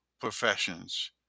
professions